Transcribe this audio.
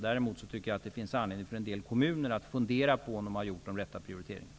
Däremot tycker jag att det finns anledning för en del kommuner att fundera på om de har gjort de rätta prioriteringarna.